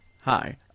Hi